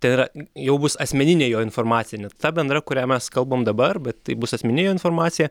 ten yra jau bus asmeninė jo informacija ne ta bendra kurią mes kalbam dabar bet tai bus asmeninė jo informacija